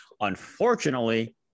Unfortunately